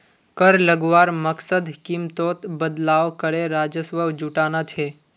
कर लगवार मकसद कीमतोत बदलाव करे राजस्व जुटाना छे